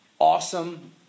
awesome